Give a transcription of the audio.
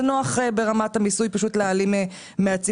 זה נוח ברמת המיסוי פשוט להעלים מהציבור